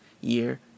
year